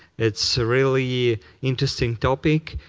it's really interesting topic,